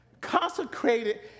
Consecrated